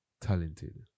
talented